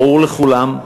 ברור לכולם,